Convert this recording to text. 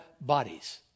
bodies